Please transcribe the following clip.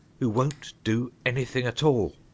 who won't do any thing at all.